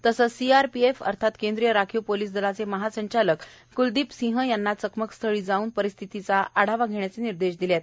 तसंच सीआरपीएफ अर्थात केंद्रीय राखीव पोलीस दलाचे महासंचालक क्लदीप सिंह यांना चकमकस्थळी जाऊन परिस्थितीचा आढावा घेण्याचे निर्देश दिले आहेत